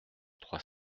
trois